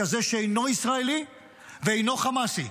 כזה שאינו ישראלי ואינו חמאסי.